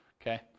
okay